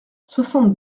soixante